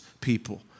people